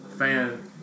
Fan